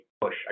push